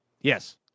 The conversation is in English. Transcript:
Yes